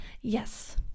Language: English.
Yes